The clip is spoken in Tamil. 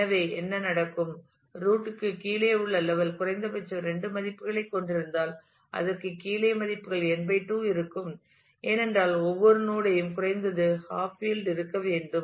எனவே என்ன நடக்கும் ரூட்டுக்குக் கீழே உள்ள லெவல் குறைந்தபட்சம் இரண்டு மதிப்புகளைக் கொண்டிருந்தால் அதற்குக் கீழே மதிப்புகள் n 2 இருக்கும் ஏனென்றால் ஒவ்வொரு நோட் ஐயும் குறைந்தது ஹாப் பீல்டு இருக்க வேண்டும்